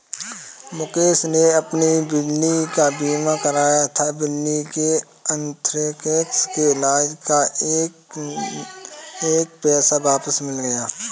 मुकेश ने अपनी बिल्ली का बीमा कराया था, बिल्ली के अन्थ्रेक्स के इलाज़ का एक एक पैसा वापस मिल गया